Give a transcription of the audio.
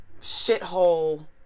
shithole